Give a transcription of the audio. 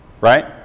right